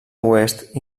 oest